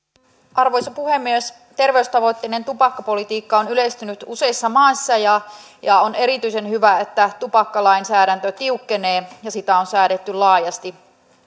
arvoisa puhemies terveystavoitteinen tupakkapolitiikka on yleistynyt useissa maissa ja on erityisen hyvä että tupakkalainsäädäntö tiukkenee ja sitä on säädetty laajasti